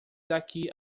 daqui